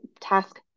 Task